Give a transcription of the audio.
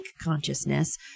consciousness